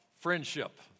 friendship